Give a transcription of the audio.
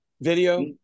video